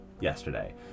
yesterday